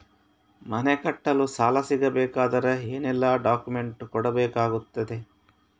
ಮನೆ ಕಟ್ಟಲು ಸಾಲ ಸಿಗಬೇಕಾದರೆ ಏನೆಲ್ಲಾ ಡಾಕ್ಯುಮೆಂಟ್ಸ್ ಕೊಡಬೇಕಾಗುತ್ತದೆ?